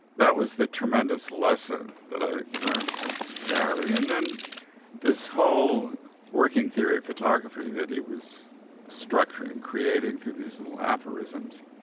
that was the tremendous lesson that i learned from gary. and then this whole working theory photography that he was structuring and created through these little aphorisms,